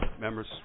members